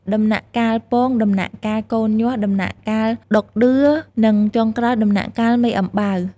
ដំណាក់កាលពង, ដំណាក់កាលកូនញាស់, ដំណាក់កាលដក់ដឿ និងចុងក្រោយដំណាក់កាលមេអំបៅ។